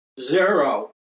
zero